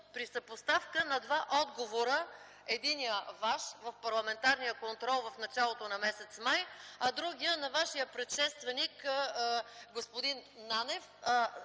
при съпоставка на два отговора? Единият – ваш, в парламентарния контрол в началото на м. май, а другият – на вашия предшественик господин Нанев